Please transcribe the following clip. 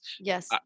yes